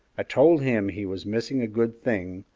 i told him he was missing a good thing,